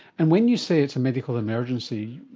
and when you say it's a medical emergency,